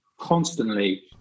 constantly